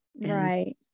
Right